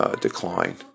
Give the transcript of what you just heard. decline